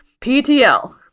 PTL